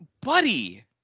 Buddy